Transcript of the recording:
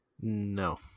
No